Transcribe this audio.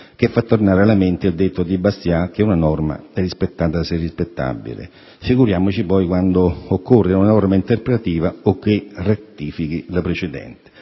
che fa tornare alla mente il detto di Bastiat che una norma è rispettata se rispettabile: figuriamoci poi quando occorre una norma interpretativa o che rettifichi la precedente.